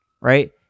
right